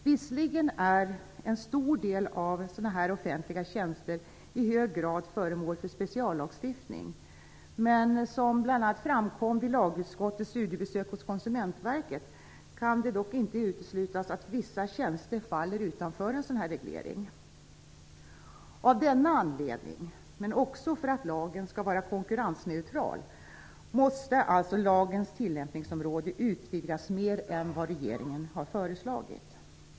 Visserligen är en stor del av dessa offentliga tjänster föremål för speciallagstiftning, men som framkom vid lagutskottets studiebesök hos Konsumentverket kan det dock inte uteslutas att vissa tjänster faller utanför en sådan reglering. Av denna anledning, men också för att lagen skall vara konkurrensneutral, måste alltså lagens tillämpningsområde utvidgas mer än vad regeringen har föreslagit.